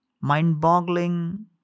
mind-boggling